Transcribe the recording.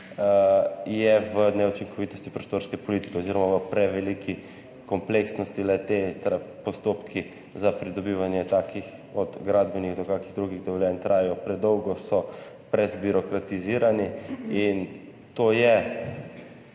je v neučinkovitosti prostorske politike oziroma v preveliki kompleksnosti le-te. Postopki za pridobivanje gradbenih in kakšnih drugih dovoljenj trajajo predolgo, so preveč birokratizirani in to je